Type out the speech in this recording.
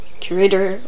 curator